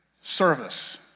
service